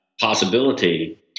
possibility